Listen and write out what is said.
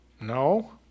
No